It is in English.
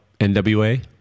NWA